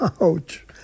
Ouch